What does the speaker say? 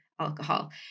alcohol